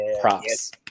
props